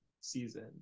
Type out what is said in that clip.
season